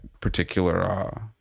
particular